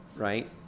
right